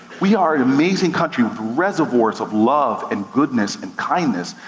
we are an amazing country, with reservoirs of love, and goodness, and kindness.